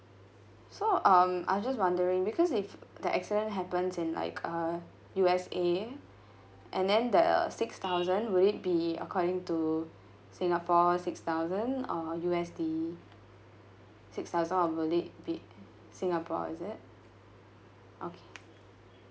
so um I was just wondering because if the accident happens in like uh U_S_A and then the six thousand will it be according to singapore six thousand or U_S_D six thousand or will it be singapore is it okay